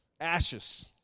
Ashes